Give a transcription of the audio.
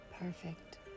perfect